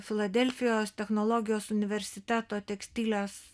filadelfijos technologijos universiteto tekstilės